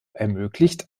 ermöglicht